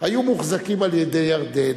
היו מוחזקים על-ידי ירדן,